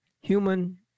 human